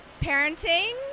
parenting